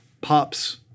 Pops